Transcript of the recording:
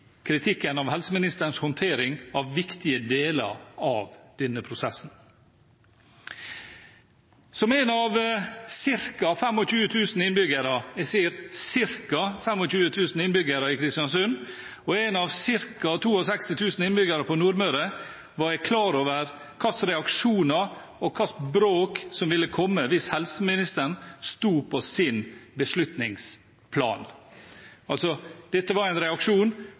kritikken av helseministerens håndtering av viktige deler av denne prosessen. Som en av ca. 25 000 innbyggere i Kristiansund – jeg sier ca. 25 000 innbyggere – og en av ca. 62 000 innbyggere på Nordmøre var jeg klar over hva slags reaksjoner og hva slags bråk som ville komme hvis helseministeren sto på sin beslutningsplan. Dette var en reaksjon